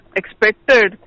expected